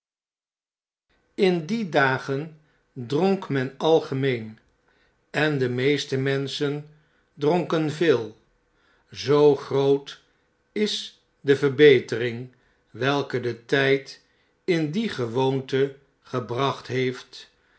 in die dagen dronk men algemeen en de meeste menschen dronken veel zoogrootisde verbetering welke de tjjd in die gewoonte gebracht heeft